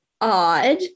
odd